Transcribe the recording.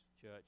Church